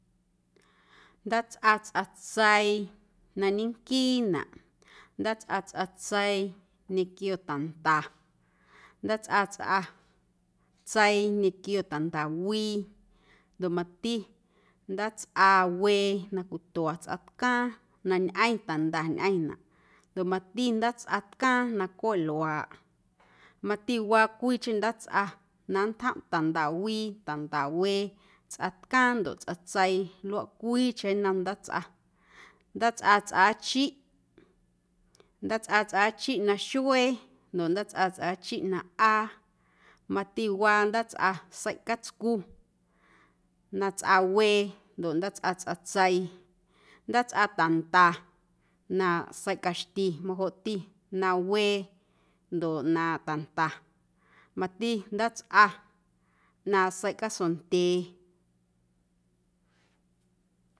Ndaatsꞌa tsꞌatseii na ñenquiinaꞌ, ndaatsꞌa tsꞌatseii ñequio ta̱nda, ndaatsꞌa tsꞌa tsei ñequio ta̱ndawii ndoꞌ mati ndaatsꞌawee na cwitua tsꞌatcaaⁿ na ñꞌeⁿ ta̱nda ñꞌeⁿnaꞌ ndoꞌ mati ndaatsꞌatcaaⁿ na cweꞌ luaaꞌ mati waa cwiicheⁿ ndaatsꞌa na nntjomꞌ ta̱ndawii, ta̱ndawee tsꞌaⁿtcaaⁿ ndoꞌ tsꞌatseii luaꞌ cwiicheⁿ nnom ndaatsꞌa, ndaatsꞌa tsꞌaachiꞌ, ndaatsꞌa tsꞌaachiꞌ na xuee ndoꞌ ndaatsꞌa tsꞌaachiꞌ na ꞌaa mati waa ndaatsꞌa sei catscu na tsꞌawee ndoꞌ ndaatsꞌa tsꞌatseii, ndaatsꞌa ta̱nda ꞌnaaⁿꞌ seiꞌ caxti majoꞌti na wee ndoꞌ naaⁿꞌ ta̱nda mati ndaatsꞌa ꞌnaaⁿꞌ seiꞌ casondyee.